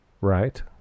Right